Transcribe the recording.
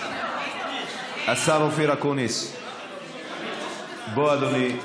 השר אופיר אקוניס, בוא, אדוני.